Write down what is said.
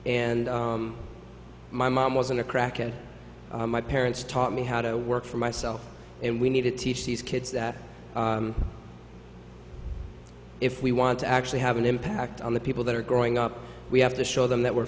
and my mom was in a crack and my parents taught me how to work for myself and we need to teach these kids that if we want to actually have an impact on the people that are growing up we have to show them that we're